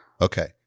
Okay